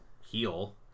heal